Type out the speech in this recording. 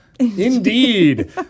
Indeed